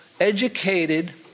educated